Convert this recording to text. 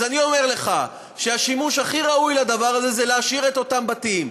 אז אני אומר לך שהשימוש הכי ראוי לדבר הזה זה להשאיר את אותם בתים,